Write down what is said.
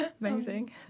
Amazing